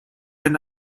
ein